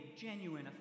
genuine